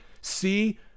See